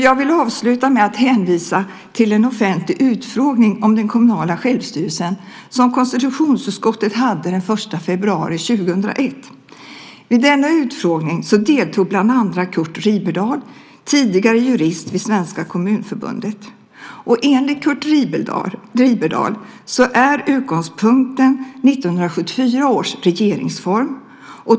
Jag vill avsluta med att hänvisa till en offentlig utfrågning om den kommunala självstyrelsen som konstitutionsutskottet hade den 1 februari 2001. Vid denna utfrågning deltog bland andra Curt Riberdahl, tidigare jurist vid Svenska Kommunförbundet. Enligt Curt Riberdahl är utgångspunkten 1974 års regeringsform.